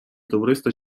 товариства